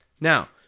Now